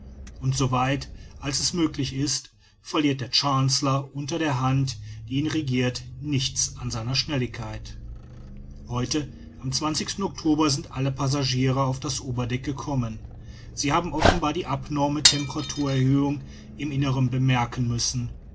und so weit als es möglich ist verliert der chancellor unter der hand die ihn regiert nichts an seiner schnelligkeit heute am october sind alle passagiere auf das oberdeck gekommen sie haben offenbar die abnorme temperaturerhöhung im innern bemerken müssen